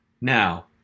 Now